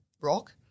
rock